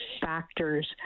Factors